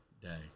day